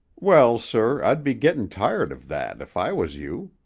well, sir, i'd be gettin' tired of that if i was you.